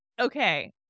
okay